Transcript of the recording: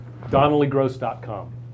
Donnellygross.com